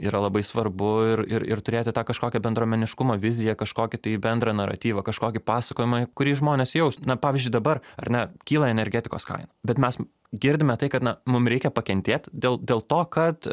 yra labai svarbu ir ir ir turėti tą kažkokią bendruomeniškumo viziją kažkokį tai bendrą naratyvą kažkokį pasakojimą kurį žmonės jaus na pavyzdžiui dabar ar ne kyla energetikos kaina bet mes girdime tai kad na mum reikia pakentėt dėl dėl to kad